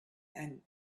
and